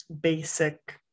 basic